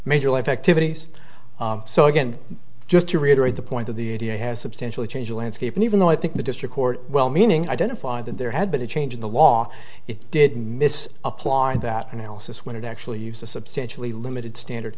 major life activities so again just to reiterate the point that the idea has substantially changed the landscape and even though i think the district court well meaning identified that there had been a change in the law it didn't miss apply and that analysis when it actually used a substantially limited standard